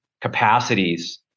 capacities